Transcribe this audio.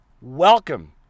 Welcome